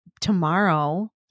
tomorrow